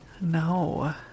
No